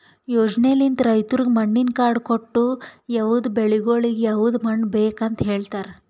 ಯೋಜನೆಲಿಂತ್ ರೈತುರಿಗ್ ಮಣ್ಣಿನ ಕಾರ್ಡ್ ಕೊಟ್ಟು ಯವದ್ ಬೆಳಿಗೊಳಿಗ್ ಯವದ್ ಮಣ್ಣ ಬೇಕ್ ಅಂತ್ ಹೇಳತಾರ್